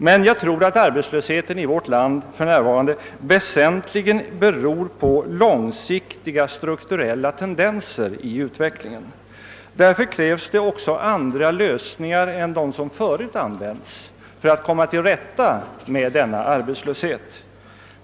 Men jag tror att arbetslösheten i vårt land för närvarande väsentligen beror på långsiktiga strukturella tendenser i utvecklingen. Därför krävs det också andra lösningar än dem som nu tillämpas för att komma till rätta med denna arbetslöshet.